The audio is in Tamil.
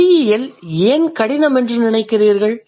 மொழியியல் ஏன் கடினம் என்று நினைக்கிறீர்கள்